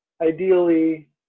ideally